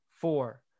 Four